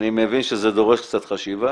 אני מבין שזה דורש קצת חשיבה